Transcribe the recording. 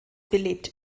belebt